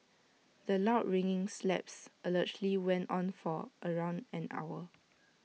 the loud ringing slaps allegedly went on for around an hour